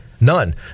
None